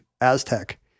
Aztec